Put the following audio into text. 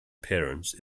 parents